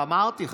אבל אמרתי,